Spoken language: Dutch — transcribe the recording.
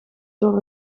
door